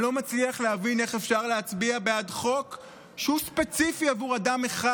אני לא מצליח להבין איך אפשר להצביע בעד חוק שהוא ספציפי בעבור אדם אחד.